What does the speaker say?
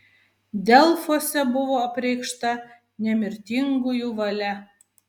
delfuose buvo apreikšta nemirtingųjų valia